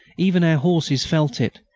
even our horses felt it.